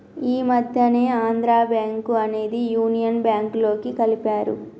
ఈ మధ్యనే ఆంధ్రా బ్యేంకు అనేది యునియన్ బ్యేంకులోకి కలిపారు